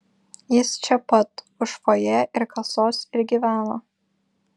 jis čia pat už fojė ir kasos ir gyveno